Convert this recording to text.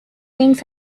things